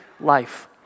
life